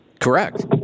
Correct